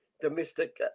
domestic